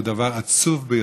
הוא דבר עצוב ביותר.